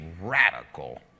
radical